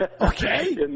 Okay